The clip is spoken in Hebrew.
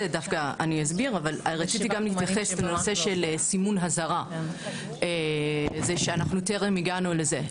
אסביר אבל רציתי גם להתייחס לנושא של סימון אזהרה שטרם הגענו לזה,